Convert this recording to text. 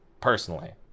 personally